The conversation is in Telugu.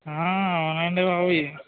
అవునునండి బాబు